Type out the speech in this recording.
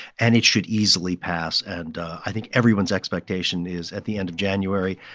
and it should easily pass. and i think everyone's expectation is at the end of january,